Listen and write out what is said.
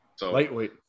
Lightweight